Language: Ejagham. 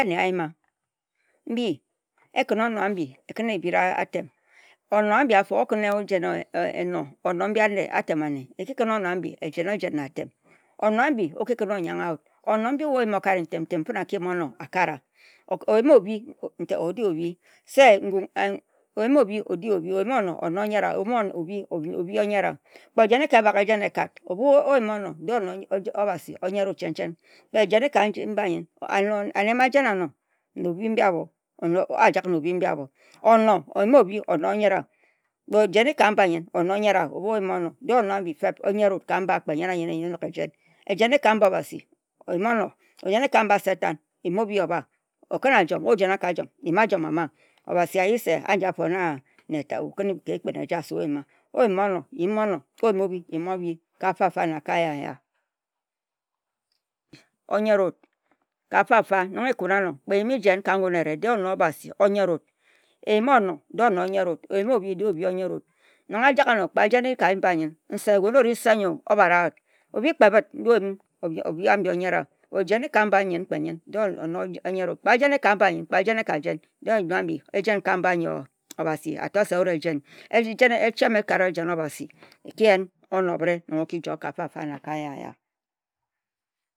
Onor m-bi anne a-yim-ma onor a-bi na e-kan-na e bi-ra-atem. Onor am-bi na e-kan-na. Ekpin-na-a kpin na atem. Onor en-bi we oyim, o-kare ntem, onor am-bi na ntem a-ki yem a-kari-wa. Oyim obhi, obhi o-yeriwa, oyim onor, onor-o-yeri-wa. De-e onor Obasi o-yeri wut chen-chen. De-e ma-a-yema obhi, a-ji na-obhi a-boh, e-ma, a-ye ma onor, de-e onor Obasi o-joi-na-a-boh. E-ket ejen n-ji nor ka-m-ba Obasi, de-e Obasi a-tun-nud, n-jen-na Ka-m-ba-m-bi, a-yen-na obhi. O-jen-na ka-m-ba satan jen na satan okan-a ajom-o, o-jen-na ka-ajom-o, kan-ma, jen-kama, we na-o-ye ka-na-nji we o-kan-ne-a-no. Oyem-a-onor, yem-onor oyem-a-obhi-yem-obhi ka n-fam-fa-na-n-ya-n-ya.